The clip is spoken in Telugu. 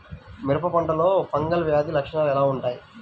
మిరప పంటలో ఫంగల్ వ్యాధి లక్షణాలు ఎలా వుంటాయి?